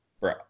bro